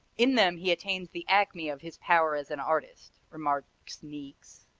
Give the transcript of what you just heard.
in them he attains the acme of his power as an artist, remarks niecks.